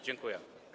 Dziękuję.